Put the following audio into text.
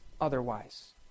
otherwise